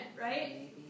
right